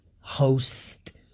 host